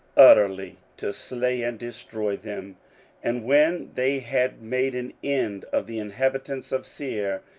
utterly to slay and destroy them and when they had made an end of the inhabitants of seir,